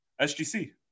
SGC